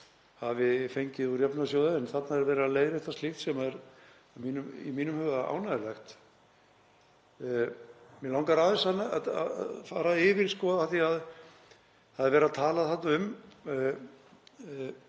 hafi fengið úr jöfnunarsjóði. En þarna er verið að leiðrétta slíkt sem er í mínum huga ánægjulegt. Mig langar aðeins að fara yfir það að hér er verið að tala um